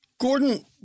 Gordon